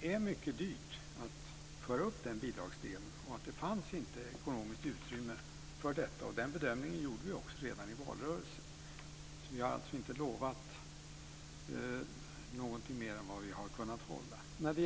Det är mycket dyrt att föra upp bidragsdelen. Det fanns inte ekonomiskt utrymme för detta. Den bedömningen gjorde vi också redan i valrörelsen. Vi har alltså inte lovat mer än vi har kunnat hålla.